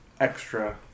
extra